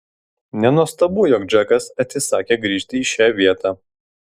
nenuostabu jog džekas atsisakė grįžt į šią vietą